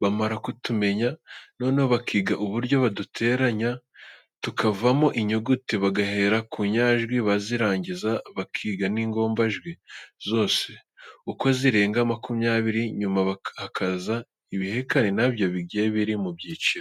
bamara kutumenya noneho bakiga uburyo baduterateranya tukavamo inyuguti, bagahera ku nyajwi, bazirangiza bakiga n'ingombajwi zose uko zirenga makumyabiri, nyuma hakaza ibihekane na byo bigiye biri mu byiciro.